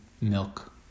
milk